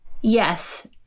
Yes